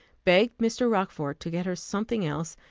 begged mr. rochfort to get her something else,